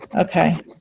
Okay